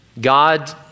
God